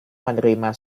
menerima